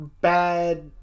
bad